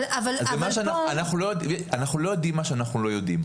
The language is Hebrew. אנחנו לא יודעים מה שאנחנו לא יודעים.